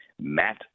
Matt